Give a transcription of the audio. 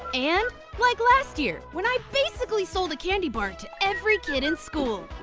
and like last year, when i basically sold a candy bar to every kid in school.